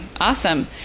Awesome